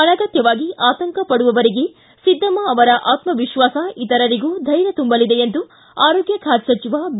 ಅನಗತ್ತವಾಗಿ ಆತಂಕಪಡುವವರಿಗೆ ಸಿದ್ದಮ್ಮ ಅವರ ಆತ್ಮವಿಶ್ವಾಸ ಇತರರಿಗೂ ಧೈರ್ಯ ತುಂಬಲಿದೆ ಎಂದು ಆರೋಗ್ಯ ಖಾತೆ ಸಚಿವ ಬಿ